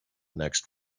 next